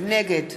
נגד